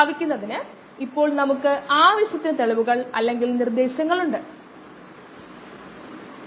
rdVdmxdt ഇപ്പോൾ നമുക്ക് എല്ലാം ഒരു വലിയ മാസ്സ് അടിസ്ഥാനത്തിലാണ് അത് നല്ലതാണ്